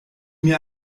mir